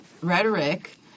rhetoric